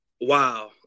Wow